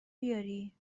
بیاری